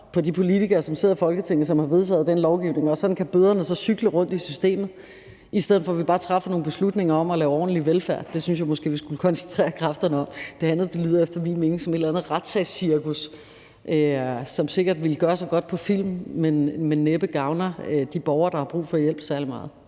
på de politikere, som sidder i Folketinget, som har vedtaget den lovgivning, og sådan kan bøderne så cykle rundt i systemet, i stedet for at vi bare træffer nogle beslutninger om at lave ordentlig velfærd. Det synes jeg måske vi skulle koncentrere kræfterne om. Det andet lyder efter min mening som et eller andet retssagscirkus, som sikkert ville gøre sig godt på film, men som næppe gavner de borgere, der har brug for hjælp, særlig meget.